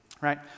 right